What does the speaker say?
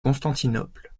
constantinople